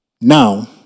Now